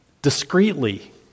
discreetly